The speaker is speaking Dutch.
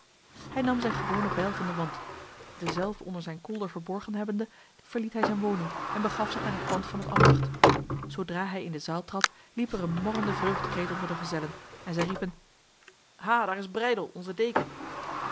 hij nam zijn gewone bijl van de wand dezelve onder zijn kolder verborgen hebbende verliet hij zijn woning en begaf zich naar het pand van het ambacht zodra hij in de zaal trad liep er een morrende vreugdekreet onder de gezellen en zij riepen ha daar is breydel onze deken